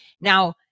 Now